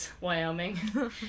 Wyoming